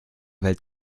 welt